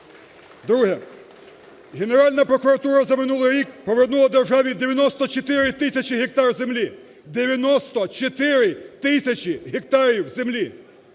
Друге. Генеральна прокуратура за минулий рік повернула державі 94 тисячі гектар землі – 94 тисяч гектарів землі!